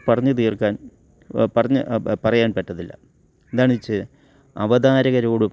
പറഞ്ഞ് തീർക്കാൻ പറഞ്ഞ് പറയാൻ പറ്റത്തില്ല എന്താണെച്ചാൽ അവതാരകരോടും